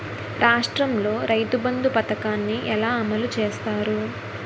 రాష్ట్రంలో రైతుబంధు పథకాన్ని ఎలా అమలు చేస్తారు?